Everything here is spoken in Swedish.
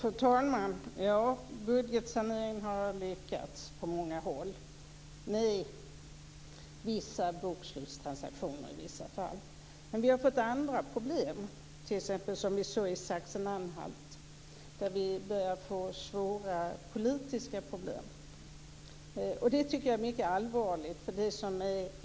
Fru talman! Ja, budgetsaneringen har lyckats på många håll - med hjälp av vissa bokslutstransaktioner i en del fall. Men vi har fått andra problem. Det såg vi t.ex. i Sachsen-Anhalt. Vi börjar få svåra politiska problem. Det tycker jag är mycket allvarligt.